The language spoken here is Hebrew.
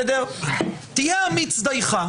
תהיה אמיץ דייך.